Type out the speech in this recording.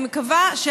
אני מקווה,